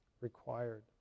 required